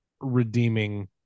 redeeming